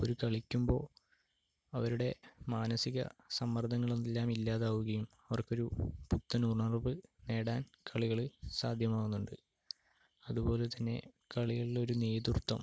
അവര് കളിക്കുമ്പോൾ അവരുടെ മാനസിക സമ്മർദ്ദങ്ങൾ എല്ലാം ഇല്ലാതാവുകയും അവർക്കൊരു പുത്തൻ ഉണർവ് നേടാൻ കളികള് സാധ്യമാകുന്നുണ്ട് അതുപോലെത്തന്നെ കളികളിലെ ഒരു നേതൃത്വം